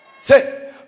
Say